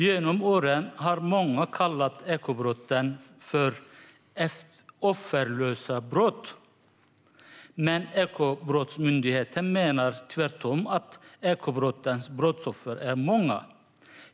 Genom åren har många kallat ekobrotten för offerlösa brott, men Ekobrottsmyndigheten menar tvärtom att ekobrottens brottsoffer är många.